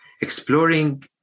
exploring